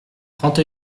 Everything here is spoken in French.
trente